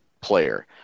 player